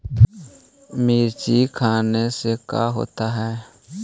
मिर्ची खाने से का होता है?